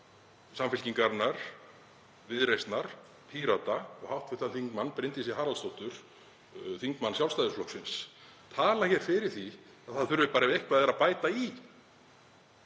Samfylkingarinnar, Viðreisnar, Pírata og hv. þm. Bryndísi Haraldsdóttur, þingmann Sjálfstæðisflokksins, tala fyrir því að það þurfi bara ef eitthvað er að bæta í.